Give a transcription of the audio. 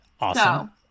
Awesome